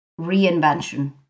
Reinvention